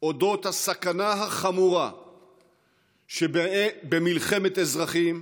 על אודות הסכנה החמורה שבמלחמת אזרחים.